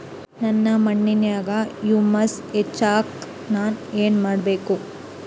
ನನ್ನ ಮಣ್ಣಿನ್ಯಾಗ್ ಹುಮ್ಯೂಸ್ ಹೆಚ್ಚಾಕ್ ನಾನ್ ಏನು ಮಾಡ್ಬೇಕ್?